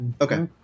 okay